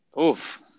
oof